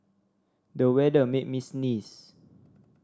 the weather made me sneeze